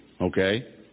okay